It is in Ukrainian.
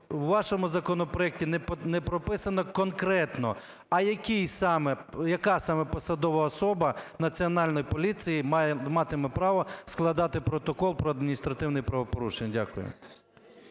в вашому законопроекті не прописано конкретно, а яка саме посадова особа Національної поліції матиме право складати протокол про адміністративне правопорушення. Дякую.